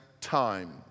time